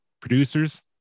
producers